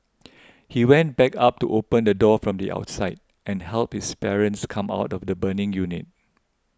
he went back up to open the door from the outside and helped his parents come out of the burning unit